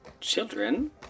Children